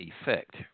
effect